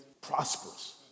prosperous